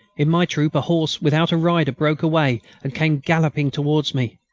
in my troop a horse without a rider broke away and came galloping towards me.